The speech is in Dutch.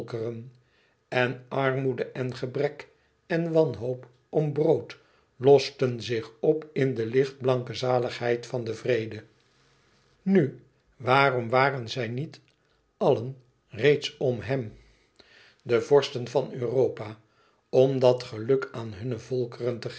en armoede en gebrek en wanhoop om brood losten zich op in de lichtblanke zaligheid van den vrede nu waarom waren zij niet allen reeds om hem de vorsten van europa om dat geluk aan hunne volkeren te